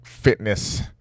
fitness